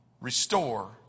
Restore